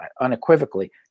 unequivocally